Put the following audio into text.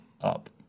up